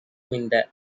மிந்த